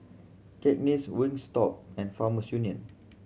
Cakenis Wingstop and Farmers Union